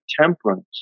temperance